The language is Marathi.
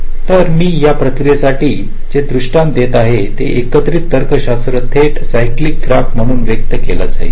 तर मी या प्रक्रियेसाठी जे दृष्टांत देत आहे येथे एकत्रित तर्कशास्त्र थेट सायक्लीक ग्राफ म्हणून व्यक्त केले जाईल